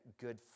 good